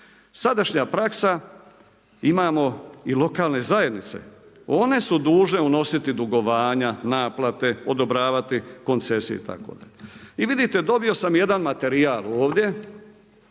Sadašnja praksa imamo i lokalne zajednice. One su dužne unositi dugovanja, naplate, odobravati koncesije itd. I vidite, dobio sam jedan materijal ovdje.